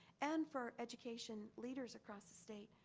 and for education leaders across the state,